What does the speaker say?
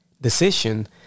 decision